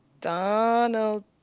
Donald